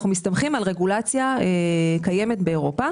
אנחנו מסתמכים על רגולציה קיימת באירופה.